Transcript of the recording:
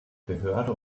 behörde